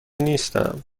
نیستم